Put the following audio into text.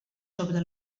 sobre